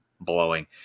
blowing